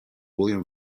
william